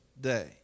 day